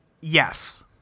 Yes